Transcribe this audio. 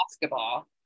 basketball